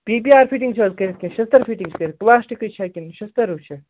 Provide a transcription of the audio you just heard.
P P R fitting چھ حظ کٔرِتھ کِنہٕ شیٚستٕر فِٹِنٛگ کٔرِتھ پُلاسٹِکٕے چھا کنہٕ شیٚستٕروٗ چھِ